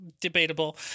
Debatable